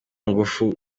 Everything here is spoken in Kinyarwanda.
ngufu